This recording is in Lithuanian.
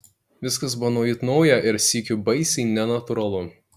viskas buvo naujut nauja ir sykiu baisiai nenatūralu